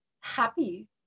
happy